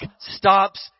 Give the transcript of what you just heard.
stops